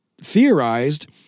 theorized